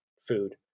food